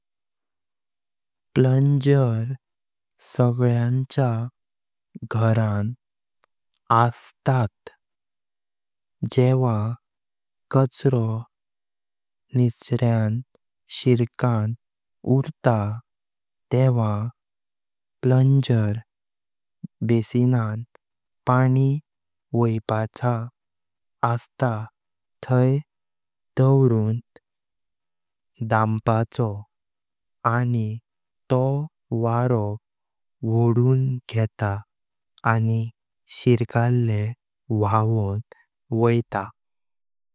प्लंजर सगळ्याच्या घरान असतात। जेव्हा काजरो निघ्र्यान सरकारान उरता तेव्हा प्लंजर बासिनान पाणी वायपाचो असता तई दव्रून टांपाचो आनी तो वारो वोडून घेत आनी शिर्कले व्हावन वैता।